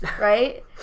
right